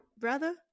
brother